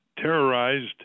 terrorized